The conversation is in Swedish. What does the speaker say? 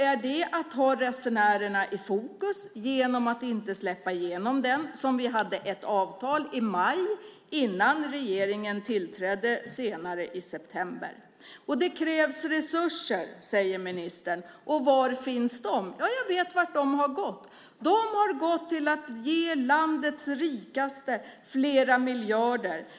Är det att ha resenärerna i fokus att inte släppa igenom den som vi hade ett avtal på i maj innan regeringen tillträdde i september? Det krävs resurser, säger ministern. Var finns de? Jag vet vart de har gått. De har gått till att ge landets rikaste flera miljarder.